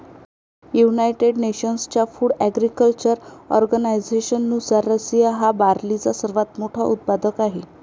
United नेशन्सच्या food agriculture ऑर्गनायझेशननुसार, Russia हा बार्लीचा सर्वात मोठा उत्पादक आहे